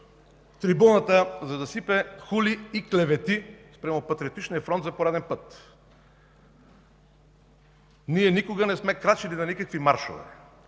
трибуната, за да сипе хули и клевети спрямо Патриотичния фронт за пореден път. Ние никога не сме крачили на никакви маршове.